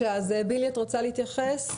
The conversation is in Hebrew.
בילי, את רוצה להתייחס?